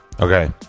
Okay